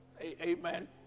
Amen